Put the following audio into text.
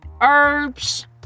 herbs